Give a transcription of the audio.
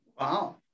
Wow